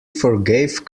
forgave